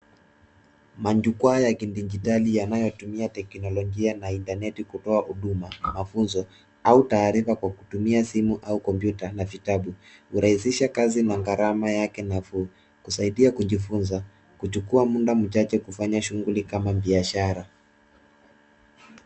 Majukwaa ya kidijitali yanayotumia teknolojia na intaneti kutoa huduma, mafunzo au taarifa kwa kutumia simu au kompyuta na vitabu. Hurahisisha kazi na gharama yake nafuu kusaidia kujifunza, kuchukua muda mchache kufanya shughuli kama biashara.